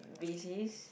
basis